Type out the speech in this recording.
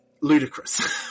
ludicrous